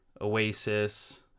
Oasis